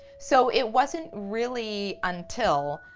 so it wasn't really until,